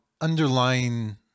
underlying